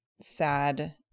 sad